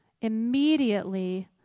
immediately